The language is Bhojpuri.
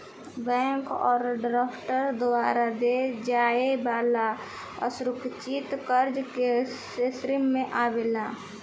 बैंक ओवरड्राफ्ट द्वारा देवे जाए वाला असुरकछित कर्जा के श्रेणी मे आवेला